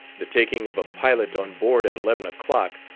the taking of a pilot on board at eleven o'clock,